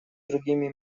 другими